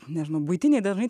nežinau buitiniai dažnai